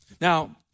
Now